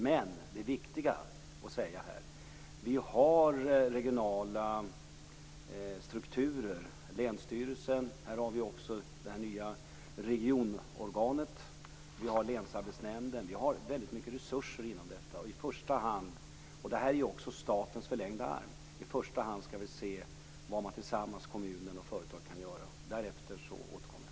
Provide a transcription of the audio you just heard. Men det är viktigt att här säga att vi har regionala strukturer - länsstyrelsen, det nya regionorganet och länsarbetsnämnden. Vi har väldigt mycket av resurser i det sammanhanget. Detta är också statens förlängda arm. Vi skall i första hand se vad man tillsammans med kommunen och företaget kan göra. Därefter återkommer jag.